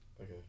Okay